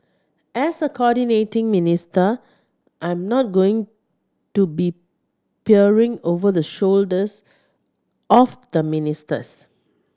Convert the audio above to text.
as a coordinating minister I'm not going to be peering over the shoulders of the ministers